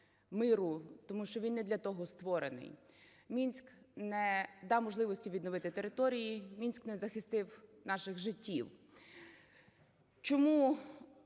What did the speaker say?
миру, тому що він не для того створений. "Мінськ" не дав можливості відновити території, "Мінськ" не захистив наших життів. Чому?